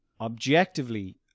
objectively